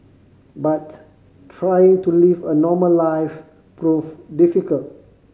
but trying to live a normal life proved difficult